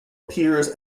appears